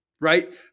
right